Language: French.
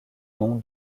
nom